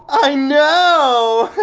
i know!